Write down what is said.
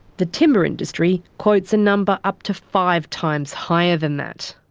the timber industry quotes a number up to five times higher than that.